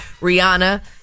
Rihanna